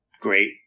great